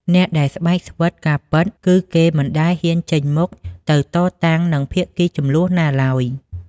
អ្នកដែលស្បែកស្វិត ការពិត គឺគេមិនដែលហ៊ានចេញមុខទៅតតាំងនឹងភាគីជម្លោះណាឡើយ។